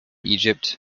egypt